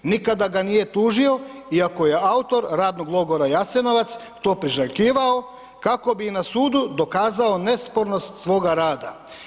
Nikada ga nije tužio iako je autor „Radnog logora Jasenovac“ to priželjkivao, kako bi i na sudu dokazao nespornost svoga rada.